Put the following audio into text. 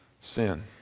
Sin